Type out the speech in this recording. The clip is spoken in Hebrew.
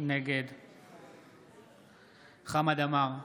נגד חמד עמאר,